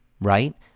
right